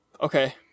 okay